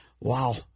wow